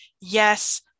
Yes